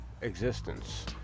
existence